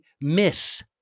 miss